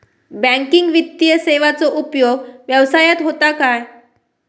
Banking वित्तीय सेवाचो उपयोग व्यवसायात होता काय?